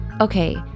Okay